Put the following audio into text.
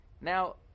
Now